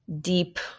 deep